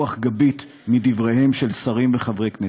לרוח גבית מדבריהם של שרים וחברי כנסת.